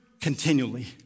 continually